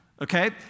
okay